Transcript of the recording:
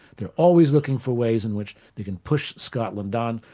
they're always looking for ways in which you can push scotland on,